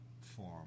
form